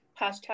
hashtag